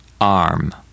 arm